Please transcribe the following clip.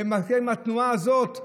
ועם התנועה הזאת.